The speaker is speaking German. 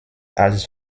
als